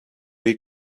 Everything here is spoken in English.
you